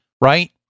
Right